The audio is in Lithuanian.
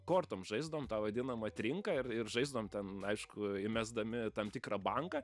kortom žaisdavom tą vadinamą trinką ir ir žaisdavom ten aišku įmesdami tam tikrą banką